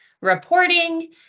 reporting